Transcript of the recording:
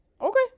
Okay